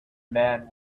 man